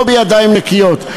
לא בידיים נקיות,